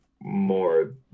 more